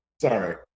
Sorry